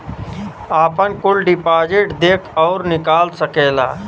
आपन कुल डिपाजिट देख अउर निकाल सकेला